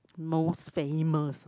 most famous